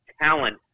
talent